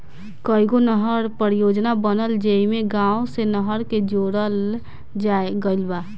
कईगो नहर परियोजना बनल जेइमे गाँव से नहर के जोड़ल गईल बा